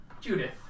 Judith